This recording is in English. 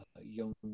young